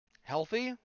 healthy